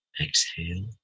Exhale